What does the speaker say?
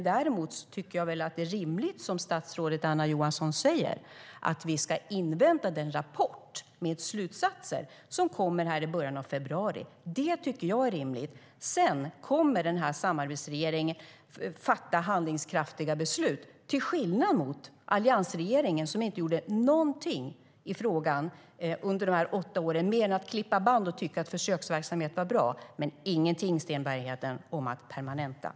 Däremot tycker jag att det är rimligt att som statsrådet Anna Johansson säger invänta den rapport med slutsatser som kommer i början av februari. Sedan kommer samarbetsregeringen att fatta handlingskraftiga beslut till skillnad från alliansregeringen, som inte gjorde någonting i frågan under de åtta åren, utom att klippa band och tycka att försöksverksamhet var bra. Men det gjordes ingenting, Sten Bergheden, för att permanenta.